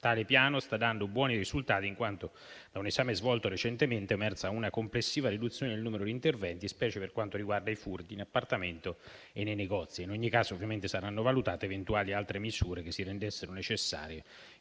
Tale piano sta dando buoni risultati, in quanto, da un esame svolto recentemente, è emersa una complessiva riduzione del numero di interventi, specie per quanto riguarda i furti in appartamento e nei negozi. In ogni caso, ovviamente, saranno valutate eventuali altre misure che si rendessero necessarie,